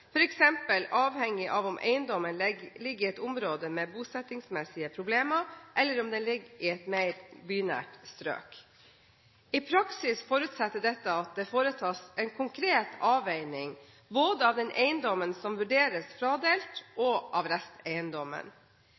avhengig av om eiendommen ligger i et område med bosettingsmessige problemer, eller om den ligger i et mer bynært strøk. I praksis forutsetter dette at det foretas en konkret avveining både av den eiendommen som vurderes fradelt, og av resteiendommen.